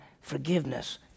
forgiveness